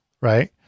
right